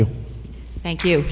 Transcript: you thank you